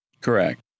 Correct